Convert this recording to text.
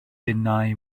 innau